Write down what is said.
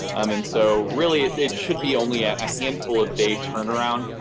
um and so really, it it should be only a handful of day turnaround.